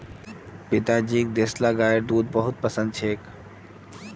पिताजीक देसला गाइर दूध बेहद पसंद छेक